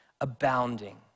abounding